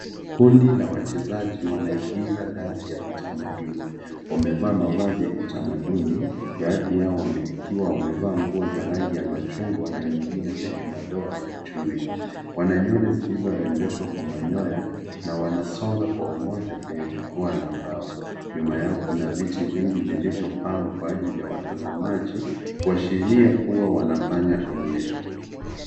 Kundi la wachezaji wanaigiza dansi ya kitamaduni. Wamevaa mavazi ya kitamaduni, baadhi yao wamekuwa wamevaa nguo za rangi ya machungwa, na nyingine zenye madoa ya chui. Wana nywele zilizorembeshwa kwa manyoya na wanasonga kwa umoja kwenye jukwaa la mbao. Nyuma yao kuna viti vingi vilivyopangwa kwa ajili ya watazamaji, kuwashiria kuwa wanafanya onyesho.